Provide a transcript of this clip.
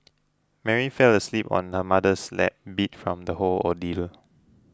Mary fell asleep on her mother's lap beat from the whole ordeal